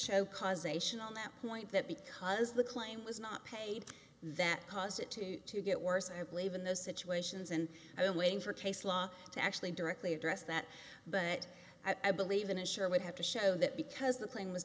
show causation on that point that because the claim was not paid that caused it to to get worse i believe in those situations and i am waiting for case law to actually directly address that but i believe in a sure would have to show that because the plane was